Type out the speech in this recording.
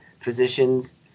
physicians